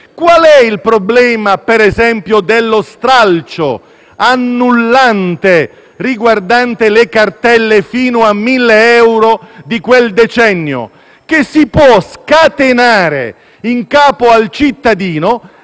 Qual è il problema - per esempio - dello stralcio annullante riguardante le cartelle fino a 1.000 euro di quel decennio? Si può scatenare, in capo al cittadino,